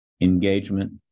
engagement